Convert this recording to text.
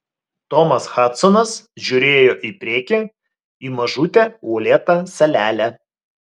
tomas hadsonas žiūrėjo į priekį į mažutę uolėtą salelę